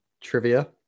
trivia